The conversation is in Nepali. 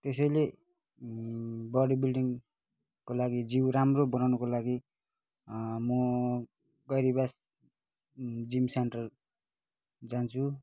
त्यसैले बडी बिल्डिङको लागि जिउ राम्रो बनाउनको लागि म गैरीबास जिम सेन्टर जान्छु